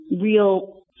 real